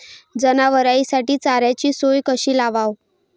जनावराइसाठी चाऱ्याची सोय कशी लावाव?